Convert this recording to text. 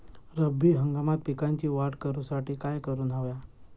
रब्बी हंगामात पिकांची वाढ करूसाठी काय करून हव्या?